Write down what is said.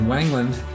Wangland